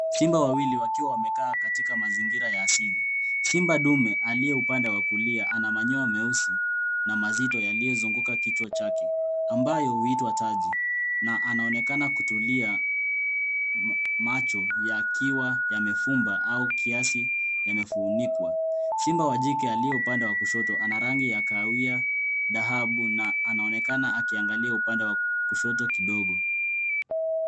Simba wawili wakiwa wamekaa katika mazingira ya asili. Simba dume, aliye upande wa kulia, ana manyoa meusi, na mazito yaliyozunguka kichwa chake. Ambayo huitwa taji, na anaonekana kutulia, macho yakiwa yamefumba au kiasi yamefunikwa. Simba wa jike aliyepanda wa kushoto, ana rangi ya kahawia dhahabu, na anaonekana akiangalia upande wa kushoto kidogo.